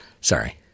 sorry